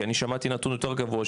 כי אני שמעתי נתון יותר גבוה,